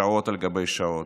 שעות על גבי שעות,